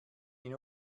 ihn